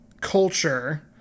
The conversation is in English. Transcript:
culture